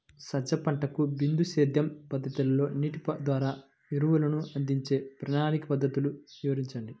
సజ్జ పంటకు బిందు సేద్య పద్ధతిలో నీటి ద్వారా ఎరువులను అందించే ప్రణాళిక పద్ధతులు వివరించండి?